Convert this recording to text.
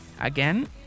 again